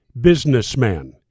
businessman